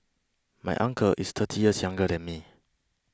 my uncle is thirty years younger than me